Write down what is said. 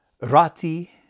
rati